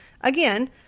again